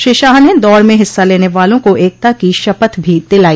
श्री शाह ने दौड़ में हिस्सा लेने वालों को एकता की शपथ भी दिलाई